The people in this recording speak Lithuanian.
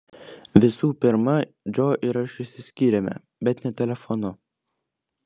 visų pirma džo ir aš išsiskyrėme bet ne telefonu